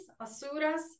asuras